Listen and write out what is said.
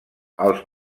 els